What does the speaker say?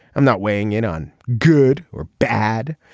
i'm not weighing in on good or bad.